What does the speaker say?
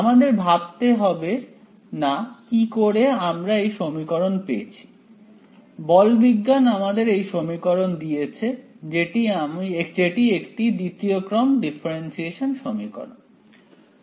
আমাদের ভাবতে হবে না কি করে আমরা এই সমীকরণ পেয়েছি বলবিজ্ঞান আমাদের এই সমীকরণ দিয়েছে যেটি একটি দ্বিতীয় ক্রম ডিফারেন্সিয়েশন সমীকরণ